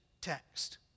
text